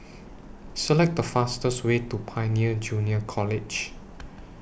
Select The fastest Way to Pioneer Junior College